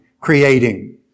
creating